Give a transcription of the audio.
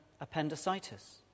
appendicitis